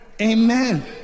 Amen